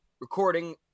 recording